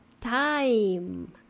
time